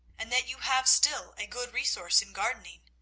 and that you have still a good resource in gardening.